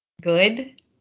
Good